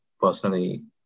personally